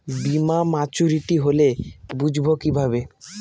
বীমা মাচুরিটি হলে বুঝবো কিভাবে?